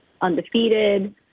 undefeated